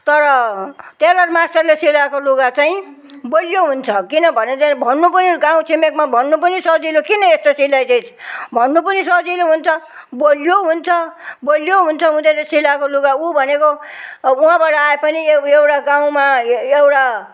तर टेलर मास्टरले सिलाएको लुगा चाहिँ बलियो हुन्छ किनभने चाहिँ भन्नु पनि गाउँछिमेकमा भन्नु पनि सजिलो किन यस्तो सिलाइदिइछ भन्नु पनि सजिलो हुन्छ बलियो हुन्छ बलियो हुन्छ उनीहरूले सिलाएको लुगा ऊ भनेको उहाँबाट आए पनि एउ एउटा गाउँमा ए एउटा